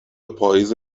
پائیز